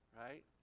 right